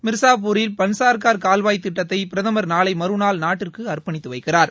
மிர்சாபூரில் பன்சார்கர் கால்வாய் திட்டத்தை பிரதமர் நாளை மறுநாள் நாட்டிற்கு அர்ப்பணித்து வைக்கிறார்